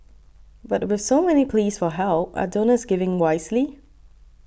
but with so many pleas for help are donors giving wisely